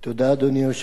אדוני היושב-ראש,